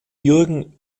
jürgen